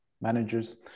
managers